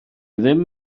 ddim